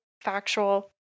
factual